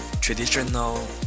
traditional